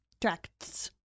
tracts